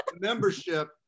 Membership